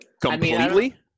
Completely